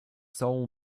soul